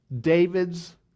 David's